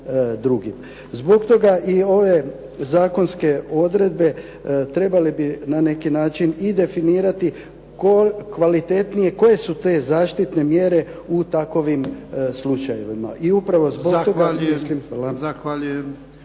Zbog toga i ove zakonske odredbe trebale bi na neki način i definirati kvalitetnije koje su te zaštitne mjere u takvim slučajevima